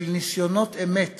של ניסיונות אמת